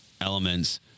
elements